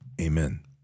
Amen